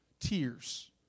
tears